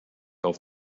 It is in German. auf